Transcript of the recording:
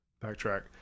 Backtrack